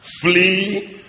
Flee